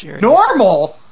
Normal